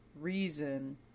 reason